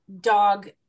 dog